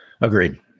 Agreed